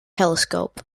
telescope